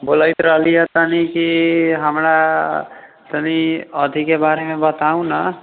बोलैत रहली हँ तनी कि हमरा तनी अथीके बारेमे बताउ ने